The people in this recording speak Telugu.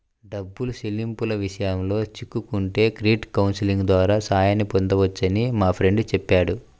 డబ్బు చెల్లింపుల విషయాల్లో చిక్కుకుంటే క్రెడిట్ కౌన్సిలింగ్ ద్వారా సాయాన్ని పొందొచ్చని మా ఫ్రెండు చెప్పాడు